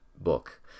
book